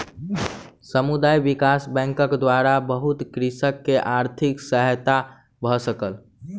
समुदाय विकास बैंकक द्वारा बहुत कृषक के आर्थिक सहायता भ सकल